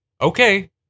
Okay